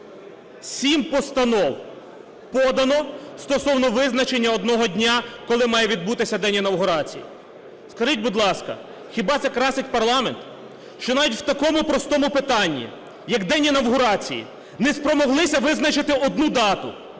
Сім постанов подано стосовно визначення одного дня, коли має відбутися день інавгурації! Скажіть, будь ласка, хіба це красить парламент, що навіть у такому простому питанні, як день інавгурації, не спромоглися визначити одну дату,